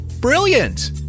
Brilliant